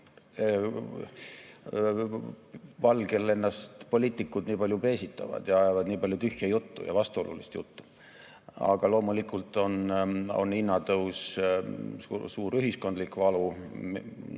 valgel poliitikud nii palju peesitavad ja ajavad nii palju tühja ja vastuolulist juttu. Aga loomulikult on hinnatõus suur ühiskondlik valu,